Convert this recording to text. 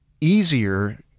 easier